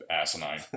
asinine